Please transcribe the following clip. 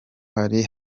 hari